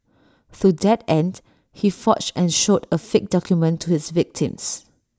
to that end he forged and showed A fake document to his victims